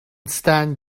stand